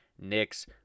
Knicks